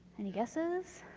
any guesses?